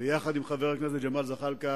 ביחד עם חבר הכנסת ג'מאל זחאלקה